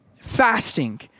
fasting